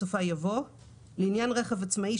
בסופה יבוא: לעניין רכב עצמאי,